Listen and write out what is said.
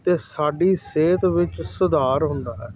ਅਤੇ ਸਾਡੀ ਸਿਹਤ ਵਿੱਚ ਸੁਧਾਰ ਹੁੰਦਾ ਹੈ